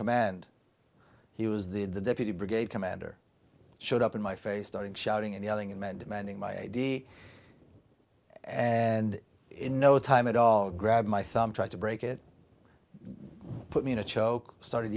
command he was the deputy brigade commander showed up in my face started shouting and yelling and then demanding my id and in no time at all grabbed my thumb tried to break it put me in a choke started